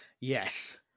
Yes